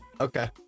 Okay